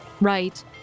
right